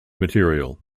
material